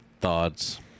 thoughts